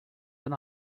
been